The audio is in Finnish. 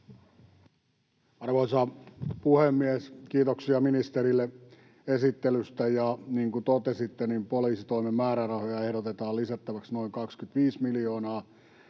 Arvoisa puhemies! Kiitoksia ministerille esittelystä. Niin kuin totesitte, poliisitoimen määrärahoja ehdotetaan lisättäväksi noin 25 miljoonaa